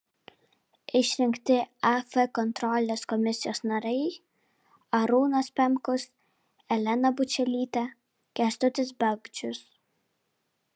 išrinkti af kontrolės komisijos nariai arūnas pemkus elena bučelytė kęstutis bagdžius